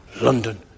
London